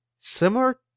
similar